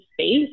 space